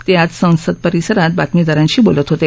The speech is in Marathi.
ते आज संसद परिसरात बातमीदारांशी बोलत होते